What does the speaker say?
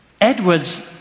Edwards